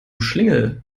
schlingel